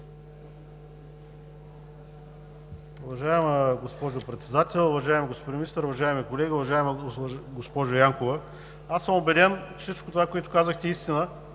Уважаема госпожо Председател, уважаеми господин Министър, уважаеми колеги! Уважаема госпожо Янкова, аз съм убеден, че всичко това, което казахте, е истина.